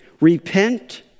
Repent